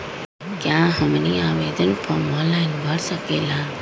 क्या हमनी आवेदन फॉर्म ऑनलाइन भर सकेला?